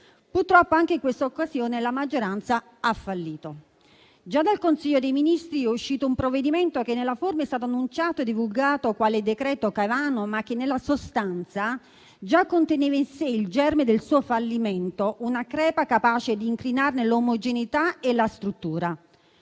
Purtroppo, anche in questa occasione la maggioranza ha fallito: già dal Consiglio dei ministri è uscito un provvedimento che nella forma è stato annunciato e divulgato quale decreto Caivano, ma che nella sostanza già conteneva in sé il germe del suo fallimento, una crepa capace di incrinarne l'omogeneità e la struttura.